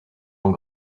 ont